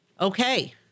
okay